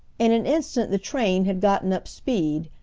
in an instant the train had gotten up speed,